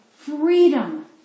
Freedom